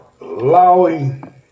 allowing